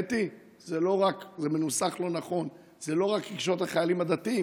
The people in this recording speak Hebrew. האמת היא שזה מנוסח לא נכון: זה לא רק רגשות החיילים הדתיים,